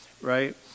right